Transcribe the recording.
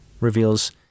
reveals